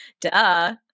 Duh